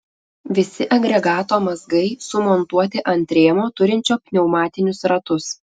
visi agregato mazgai sumontuoti ant rėmo turinčio pneumatinius ratus